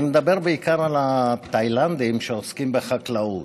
אני מדבר בעיקר על התאילנדים שעוסקים בחקלאות.